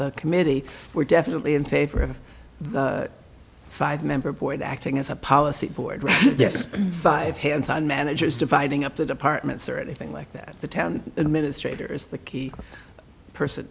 the committee were definitely in favor of the five member board acting as a policy board this five hands on managers dividing up the departments or anything like that the town administrators the key person